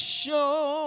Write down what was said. show